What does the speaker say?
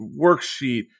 worksheet